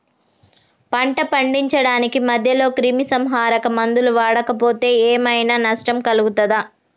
పంట పండించడానికి మధ్యలో క్రిమిసంహరక మందులు వాడకపోతే ఏం ఐనా నష్టం జరుగుతదా?